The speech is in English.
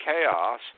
chaos